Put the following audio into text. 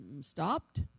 stopped